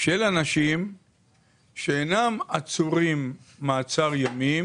של אנשים שאינם עצורים מעצר ימים,